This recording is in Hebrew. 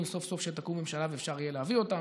סוף-סוף שתקום ממשלה ואפשר יהיה להביא אותם,